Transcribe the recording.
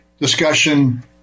discussion